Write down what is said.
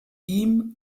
ihm